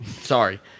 sorry